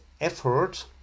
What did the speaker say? effort